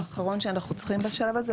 הדבר האחרון שאנחנו צריכים בשלב הזה,